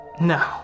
No